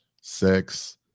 sex